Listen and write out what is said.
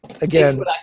again